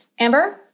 Amber